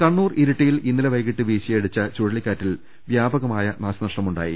കണ്ണൂർ ഇരിട്ടിയിൽ ഇന്നലെ വൈകീട്ട് വീശിയടിച്ച ചുഴലിക്കാ റ്റിൽ വ്യാപകമായ നാശനഷ്ടമുണ്ടായി